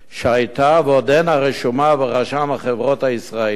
שהיתה ועודנה רשומה ברשם החברות הישראלי.